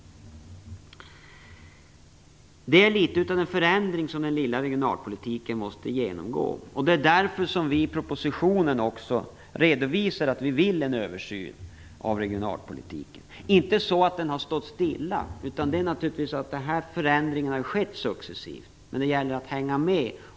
Det är litet av den förändring som den lilla regionalpolitiken måste genomgå. Det är därför som vi i propositionen också redovisar att vi vill göra en översyn av regionalpolitiken. Inte så att den har stått stilla. Den här förändringen har naturligtvis skett successivt. Men det gäller att hänga med.